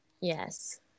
yes